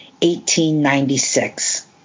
1896